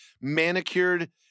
manicured